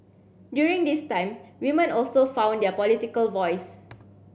during this time women also found their political voice